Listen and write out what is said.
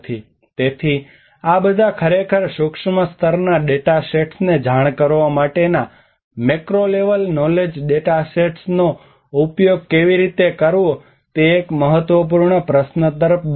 તેથી આ બધા ખરેખર સૂક્ષ્મ સ્તરના ડેટા સેટ્સને જાણ કરવા માટે આ મેક્રો લેવલ નોલેજ ડેટા સેટ્સનો ઉપયોગ કેવી રીતે કરવો તે એક મહત્વપૂર્ણ પ્રશ્ન તરફ દોરી જાય છે